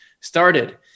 started